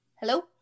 Hello